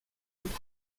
und